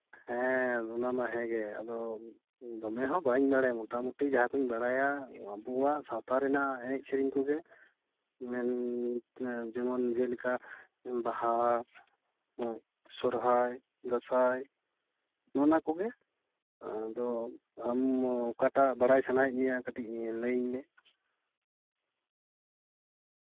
ᱚᱱᱟᱢᱟ ᱦᱮᱸᱜᱮ ᱟᱫᱚ ᱫᱚᱢᱮ ᱦᱚᱸ ᱵᱟᱹᱧ ᱵᱟᱲᱟᱭᱟ ᱢᱚᱴᱟᱢᱩᱴᱤ ᱡᱟᱦᱟᱸᱠᱩᱧ ᱵᱟᱲᱟᱭᱟ ᱟᱵᱚᱣᱟᱜ ᱥᱟᱶᱛᱟ ᱨᱮᱱᱟᱜ ᱮᱱᱮᱡ ᱥᱮᱨᱮᱧ ᱠᱚᱜᱮ ᱡᱮᱢᱚᱱ ᱡᱮ ᱞᱮᱠᱟ ᱵᱟᱦᱟ ᱥᱚᱨᱦᱟᱭ ᱫᱟᱸᱥᱟᱭ ᱚᱱᱟᱠᱚᱜᱮ ᱟᱫᱚ ᱟᱢ ᱚᱠᱟᱴᱟᱜ ᱵᱟᱲᱟᱭ ᱥᱟᱱᱟᱭᱮᱫ ᱢᱮᱭᱟ ᱠᱟᱹᱴᱤᱡ ᱞᱟᱹᱭᱢᱮ